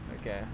okay